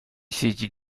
saisi